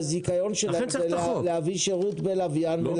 הזיכיון שלהם זה להביא שירות בלוויין --- לא.